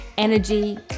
energy